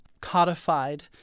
codified